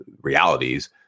realities